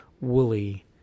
woolly